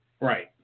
Right